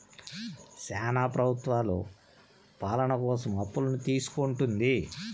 శ్యానా ప్రభుత్వాలు పాలన కోసం అప్పులను తీసుకుంటుంది